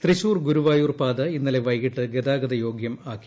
തൃശ്ശൂർ ഗുരുവായൂർ പാത ഇന്നലെ വൈകിട്ട് ഗതാഗതയോഗ്യമാക്കി